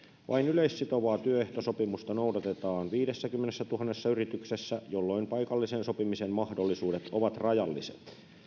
vain yleissitovaa työehtosopimusta noudatetaan viidessäkymmenessätuhannessa yrityksessä jolloin paikallisen sopimisen mahdollisuudet ovat rajalliset